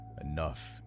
enough